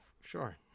sure